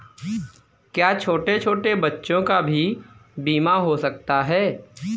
क्या छोटे छोटे बच्चों का भी बीमा हो सकता है?